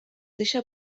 deixa